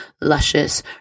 luscious